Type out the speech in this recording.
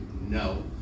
no